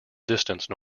distance